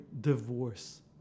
divorce